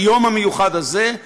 ביום המיוחד הזה,